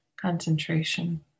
concentration